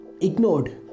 ignored